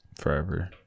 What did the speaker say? forever